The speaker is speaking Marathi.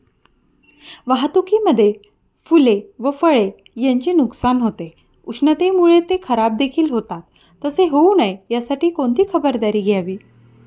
वाहतुकीमध्ये फूले व फळे यांचे नुकसान होते, उष्णतेमुळे ते खराबदेखील होतात तसे होऊ नये यासाठी कोणती खबरदारी घ्यावी?